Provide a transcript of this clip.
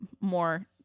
more